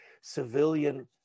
civilian